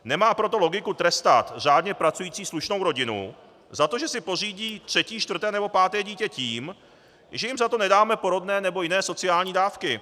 Nemá proto logiku trestat řádně pracující slušnou rodinu za to, že si pořídí třetí, čtvrté nebo páté dítě, tím, že jim za to nedáme porodné nebo jiné sociální dávky.